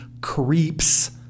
creeps